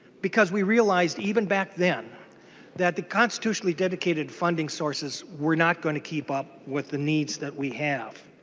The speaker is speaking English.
because we realized even back then that the constitutionally dedicated funding sources were not going to keep up with the needs that we have.